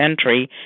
entry